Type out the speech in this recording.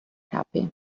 happy